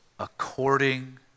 according